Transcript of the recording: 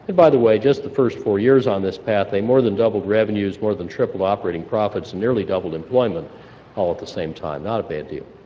by the way, just the first four years on this path they more than doubled revenues, more than tripled operating profits, and nearly doubled employment all at the same time not a bad deal.